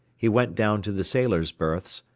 he went down to the sailors' berths,